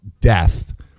death